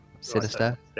sinister